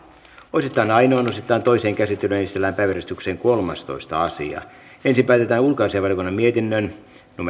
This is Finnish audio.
osittain ainoaan osittain toiseen käsittelyyn esitellään päiväjärjestyksen kolmastoista asia ensin päätetään ulkoasiainvaliokunnan mietinnön